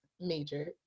major